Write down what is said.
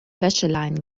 wäscheleinen